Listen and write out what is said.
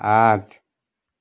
आठ